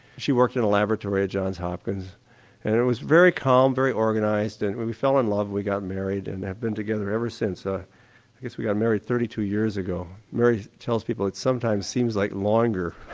she worked in a laboratory at johns hopkins and it was very calm, very organised, and we we fell in love, we got married and have been together ever since. i ah guess we got married thirty two years ago, mary tells people it sometimes seems like longer.